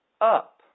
up